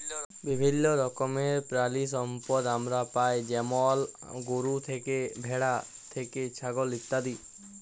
বিভিল্য রকমের পেরালিসম্পদ আমরা পাই যেমল গরু থ্যাকে, ভেড়া থ্যাকে, ছাগল ইত্যাদি